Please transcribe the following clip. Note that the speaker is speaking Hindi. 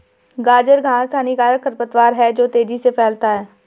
गाजर घास हानिकारक खरपतवार है जो तेजी से फैलता है